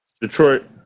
Detroit